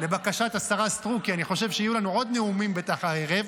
לבקשת השרה סטרוק כי אני חושב שיהיו לנו עוד נאומים בטח הערב,